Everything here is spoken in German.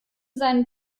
seinen